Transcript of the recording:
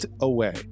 away